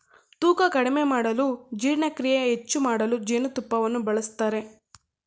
ತೂಕ ಕಡಿಮೆ ಮಾಡಲು ಜೀರ್ಣಕ್ರಿಯೆ ಹೆಚ್ಚು ಮಾಡಲು ಜೇನುತುಪ್ಪವನ್ನು ಬಳಸ್ತರೆ